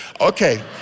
Okay